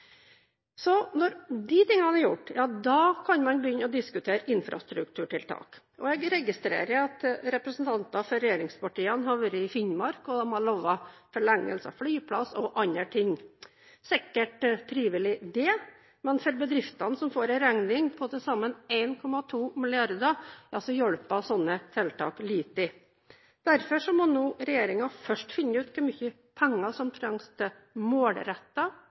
Når de tingene er gjort, kan man begynne å diskutere infrastrukturtiltak. Jeg registrerer at representanter for regjeringspartiene har vært i Finnmark og lovet forlengelse av flyplass og andre ting. Det er sikkert trivelig det, men for bedriftene som får en regning på til sammen 1,2 mrd. kr, hjelper slike tiltak lite. Derfor må nå regjeringen først finne ut hvor mye penger som